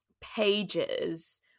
pages